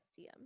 stm